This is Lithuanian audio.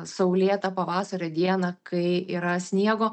saulėtą pavasario dieną kai yra sniego